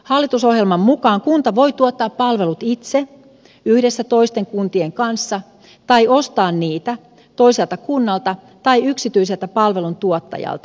hallitusohjelman mukaan kunta voi tuottaa palvelut itse tai yhdessä toisten kuntien kanssa tai ostaa niitä toiselta kunnalta tai yksityiseltä palveluntuottajalta